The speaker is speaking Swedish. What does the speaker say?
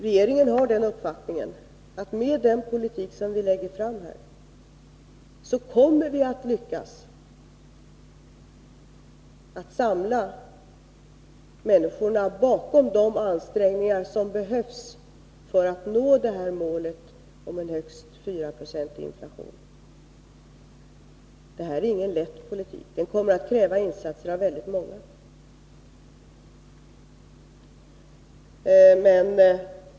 Regeringen har den uppfattningen att med den politik som vi lägger fram, kommer vi att lyckas samla människorna bakom de ansträngningar som behövs för att nå målet om en högst 4-procentig inflation. Det är ingen lätt politik; den kommer att kräva insatser av väldigt många.